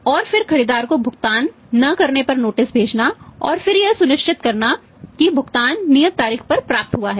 और फिर खरीदार को भुगतान न करने पर नोटिस भेजना और फिर यह सुनिश्चित करना कि भुगतान नियत तारीख पर प्राप्त हुआ है